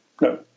no